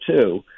two